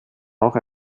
auch